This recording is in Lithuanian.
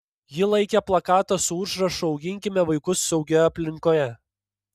ji laikė plakatą su užrašu auginkime vaikus saugioje aplinkoje